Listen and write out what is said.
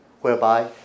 whereby